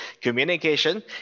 communication